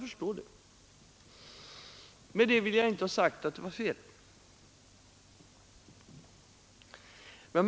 Med det vill jag inte ha sagt att det var fel att genomföra kommunsammanläggningarna.